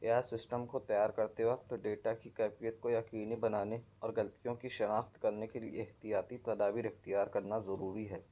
a I system کو تیار کرتے وقت ڈیٹا کی کیفیت کو یقینی بنانے اور غلطیوں کی شناخت کرنے کے لیے احتیاطی تدابیر اختیار کرنا ضروری ہے